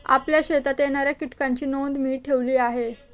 आपल्या शेतात येणाऱ्या कीटकांची नोंद मी ठेवली आहे